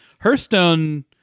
Hearthstone